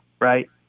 right